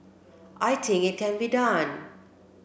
I think it can be done